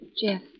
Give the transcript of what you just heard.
Jeff